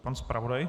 Pan zpravodaj.